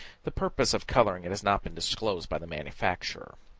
the purpose of coloring it has not been disclosed by the manufacturers.